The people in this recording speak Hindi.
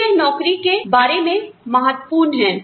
तो यह नौकरी के बारे मे महत्वपूर्ण है